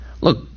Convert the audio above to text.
look